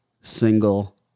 single